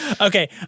Okay